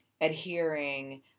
adhering